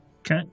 Okay